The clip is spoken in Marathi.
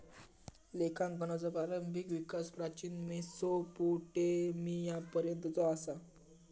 लेखांकनाचो प्रारंभिक विकास प्राचीन मेसोपोटेमियापर्यंतचो असा